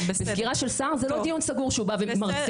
וסקירה של שר זה לא דיון סגור שהוא בא ומרצה,